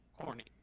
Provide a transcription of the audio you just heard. corny